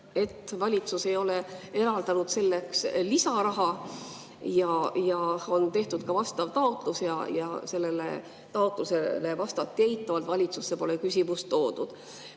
et valitsus ei ole eraldanud selleks lisaraha. On tehtud vastav taotlus, sellele taotlusele vastati eitavalt. Valitsusse pole küsimust toodud.